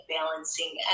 balancing